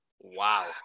wow